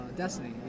destiny